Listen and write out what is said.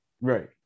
Right